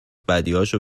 بدیهاشو